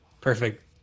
Perfect